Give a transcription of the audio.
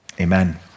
Amen